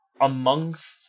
amongst